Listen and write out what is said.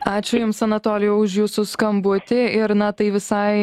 ačiū jums anatolijau už jūsų skambutį ir na tai visai